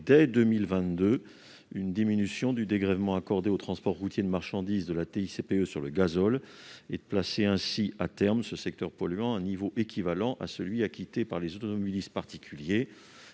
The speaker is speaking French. dès 2022, une diminution du dégrèvement accordé au transport routier de marchandises de la TICPE sur le gazole et à placer ainsi, à terme, ce secteur polluant à un niveau de taxation équivalent à celui qui est acquitté par les automobilistes particuliers.